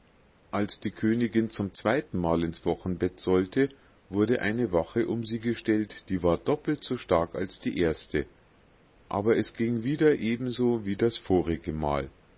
als die königinn zum zweiten mal ins wochenbett sollte wurde eine wache um sie gestellt die war doppelt so stark als die erste aber es ging wieder eben so wie das vorige mal